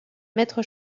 maître